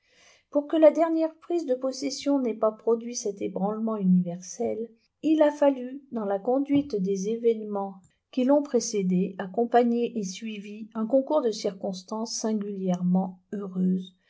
pour que la dernière prise de possession n'ait pas produit cet ébranlement universel il a fallu dans la conduite des événements qui l'ont précédée accompagnée et suivie un concours de circonstances singulièrement heureuses